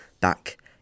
back